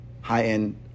high-end